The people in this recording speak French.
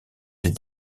des